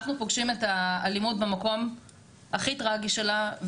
אנחנו פוגשים את האלימות במקום הכי טראגי שלה,